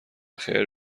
خیر